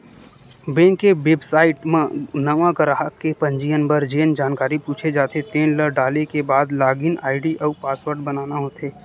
bank के website म नवा गराहक के पंजीयन बर जेन जानकारी पूछे जाथे तेन ल डाले के बाद लॉगिन आईडी अउ पासवर्ड बनाना होथे